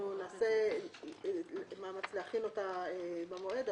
אנחנו נעשה מאמץ להכין אותה במועד.